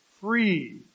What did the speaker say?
free